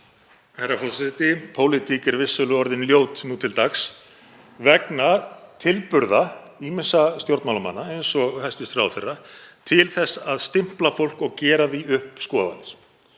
Herra forseti. Pólitík er vissulega orðin ljót nú til dags vegna tilburða ýmissa stjórnmálamanna eins og hæstv. ráðherra til þess að stimpla fólk og gera því upp skoðanir.